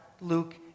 Luke